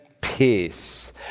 peace